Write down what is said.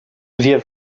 wir